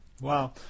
Wow